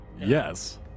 Yes